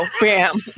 Bam